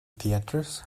theatres